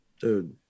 Dude